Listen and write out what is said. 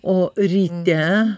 o ryte